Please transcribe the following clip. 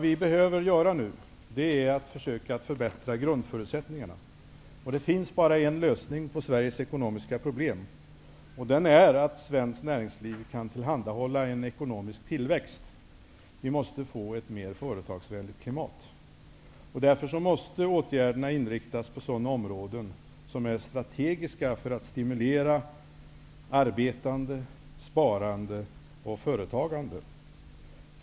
Nu behöver vi försöka förbättra grundförutsättningarna. Det finns bara en lösning på Sveriges ekonomiska problem. Den är att svenskt näringsliv kan tillhandhålla en ekonomisk tillväxt. Vi måste få ett mer företagsvänligt klimat. Därför måste åtgärderna inriktas på sådana områden som är strategiska för att stimulera arbetande, sparande och företagande.